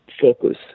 focus